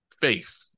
faith